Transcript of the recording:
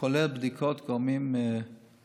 כולל בדיקות של גורמים משפטיים.